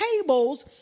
tables